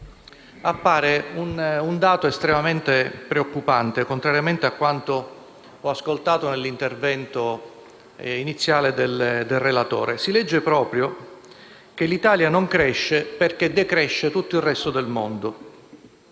appare un dato estremamente preoccupante, contrariamente a quanto detto dal relatore nel suo intervento iniziale. Si legge proprio che l'Italia non cresce perché decresce tutto il resto del mondo.